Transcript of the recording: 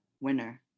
Winner